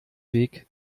weg